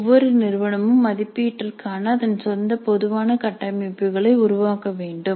ஒவ்வொரு நிறுவனமும் மதிப்பீட்டிற்காக அதன் சொந்த பொதுவான கட்டமைப்புகளை உருவாக்க வேண்டும்